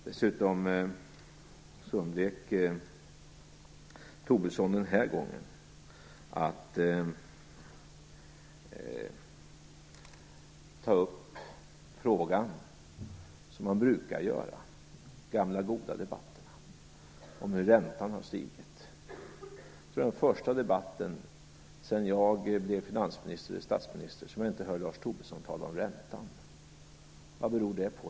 Dessutom undvek Lars Tobisson att den här gången ta upp den fråga som han brukade ta upp i de gamla goda debatterna, nämligen frågan om hur räntan har stigit. Jag tror att detta är den första debatt sedan jag blev finansminister och senare statsminister som jag inte hör Lars Tobisson tala om räntan. Vad beror det på?